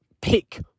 pick